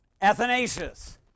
Athanasius